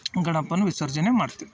ಗಣಪನ್ನ ವಿಸರ್ಜನೆ ಮಾಡ್ತೀವಿ